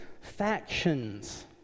factions